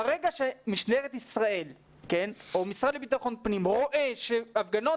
מהרגע שמשטרת ישראל או המשרד לביטחון פנים רואה שהפגנות